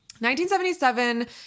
1977